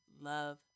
love